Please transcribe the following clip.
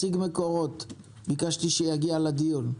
ביקשתי שיגיע לדיון.